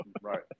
Right